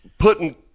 putting